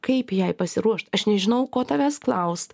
kaip jai pasiruošt aš nežinojau ko tavęs klaust